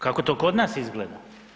Kako to kod nas izgleda?